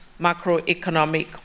macroeconomic